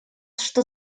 что